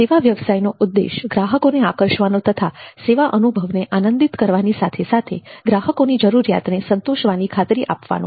સેવા વ્યવસાયનો ઉદ્દેશ ગ્રાહકોને આકર્ષવાનો તથા સેવા અનુભવને આનંદિત કરવાની સાથે સાથે ગ્રાહકોની જરૂરિયાતને સંતોષવાની ખાતરી આપવાનો છે